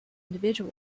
individual